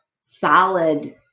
solid